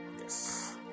Yes